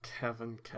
Kevin